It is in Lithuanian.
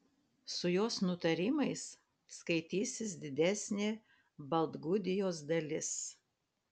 su jos nutarimais skaitysis didesnė baltgudijos dalis